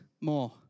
more